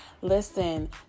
Listen